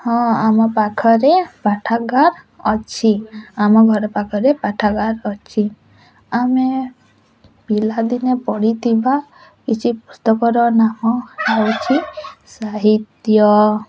ହଁ ଆମ ପାଖରେ ପାଠାଗାର ଅଛି ଆମ ଘର ପାଖରେ ପାଠାଗାର ଅଛି ଆମେ ପିଲାଦିନେ ପଢ଼ିଥିବା କିଛି ପୁସ୍ତକର ନାମ ହେଉଛି ସାହିତ୍ୟ